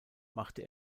machte